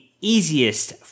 easiest